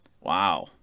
Wow